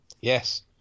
Yes